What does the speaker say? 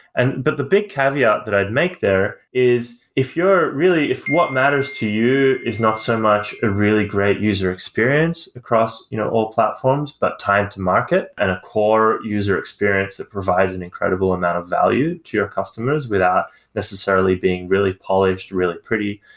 and but the big caveat that i'd make there is if you're really if what matters to you is not so much a really great user experience across you know all platforms, but time to market and a core user experience that provides an incredible amount of value to your customers without necessarily being really polished really pretty,